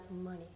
money